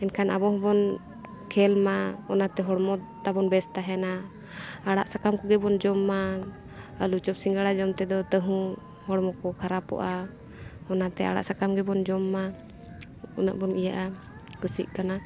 ᱮᱱᱠᱷᱟᱱ ᱟᱵᱚ ᱦᱚᱸᱵᱚᱱ ᱠᱷᱮᱞ ᱢᱟ ᱚᱱᱟᱛᱮ ᱦᱚᱲᱢᱚ ᱛᱟᱵᱚᱱ ᱵᱮᱥ ᱛᱟᱦᱮᱱᱟ ᱟᱲᱟᱜ ᱥᱟᱠᱟᱢ ᱠᱚᱜᱮ ᱵᱚᱱ ᱡᱚᱢ ᱢᱟ ᱟᱹᱞᱩ ᱪᱚᱯ ᱥᱤᱸᱜᱟᱲᱟ ᱡᱚᱢ ᱛᱮᱫᱚ ᱛᱟᱹᱦᱩ ᱦᱚᱲᱢᱚ ᱠᱚ ᱠᱷᱟᱨᱟᱯᱚᱜᱼᱟ ᱚᱱᱟᱛᱮ ᱟᱲᱟᱜ ᱥᱟᱠᱟᱢ ᱜᱮᱵᱚᱱ ᱡᱚᱢ ᱢᱟ ᱩᱱᱟᱹᱜ ᱵᱚᱱ ᱤᱭᱟᱹᱜᱼᱟ ᱠᱩᱥᱤᱜ ᱠᱟᱱᱟ